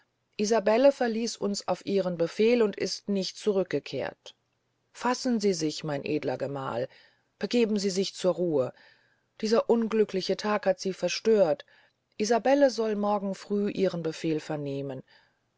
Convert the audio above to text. isabelle verließ uns auf ihren befehl und ist nicht zurückgekehrt fassen sie sich mein edler gemahl begeben sie sich zur ruhe dieser unglückliche tag hat sie verstört isabelle soll morgen früh ihre befehle vernehmen